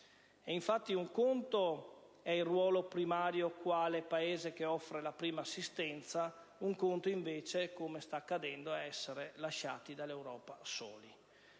effetti, un conto è il ruolo primario quale Paese che offre la prima assistenza, un conto però è, come sta accadendo, essere lasciati soli dall'Europa.